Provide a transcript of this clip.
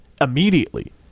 immediately